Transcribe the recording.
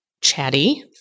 chatty